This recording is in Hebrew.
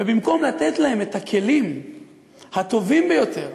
ובמקום לתת להם את הכלים הטובים ביותר